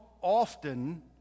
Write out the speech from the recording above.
often